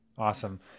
Awesome